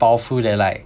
powerful that like